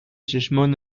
چشمان